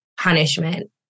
punishment